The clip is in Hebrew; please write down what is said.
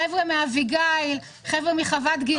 חברים מאביגיל, חוות גלעד.